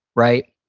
right?